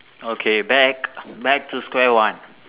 okay back back to square one